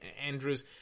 Andrews